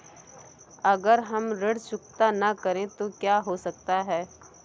अगर हम ऋण चुकता न करें तो क्या हो सकता है?